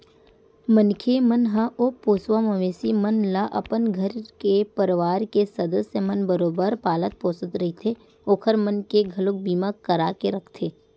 मनखे मन ह ओ पोसवा मवेशी मन ल अपन घर के परवार के सदस्य मन बरोबर पालत पोसत रहिथे ओखर मन के घलोक बीमा करा के रखथे